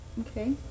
Okay